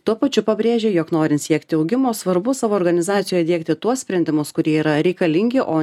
tuo pačiu pabrėžia jog norint siekti augimo svarbu savo organizacijoje įdiegti tuos sprendimus kurie yra reikalingi o